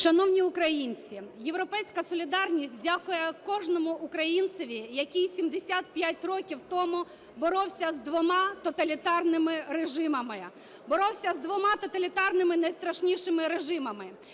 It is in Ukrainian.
Шановні українці! "Європейська солідарність" дякує кожному українцеві, який 75 років тому боровся з двома тоталітарними режимами, боровся з двома тоталітарними найстрашнішими режимами.